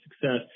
success